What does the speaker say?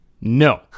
No